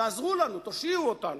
תעזרו לנו, תושיעו אותנו.